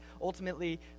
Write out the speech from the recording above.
ultimately